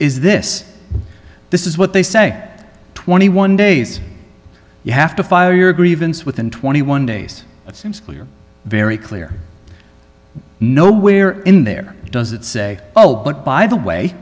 is this this is what they say twenty one days you have to file your grievance within twenty one days it seems clear very clear nowhere in there does it say oh but by the way